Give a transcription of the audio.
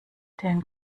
den